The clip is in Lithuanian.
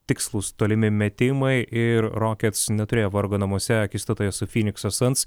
tikslūs tolimi metimai ir rokets neturėjo vargo namuose akistatoje su fynikso sans